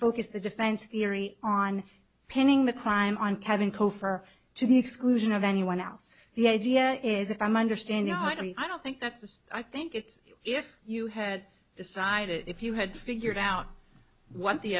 focus the defense theory on pinning the crime on kevin cofer to the exclusion of anyone else the idea is if i'm understanding what i mean i don't think that's just i think it's if you had decided if you had figured out what the